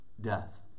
death